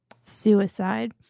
suicide